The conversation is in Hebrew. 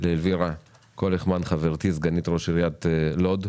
לאלווירה חברתי, סגנית ראש העיר לוד.